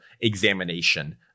examination